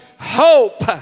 hope